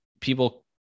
people